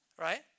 right